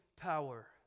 power